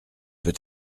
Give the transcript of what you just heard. peut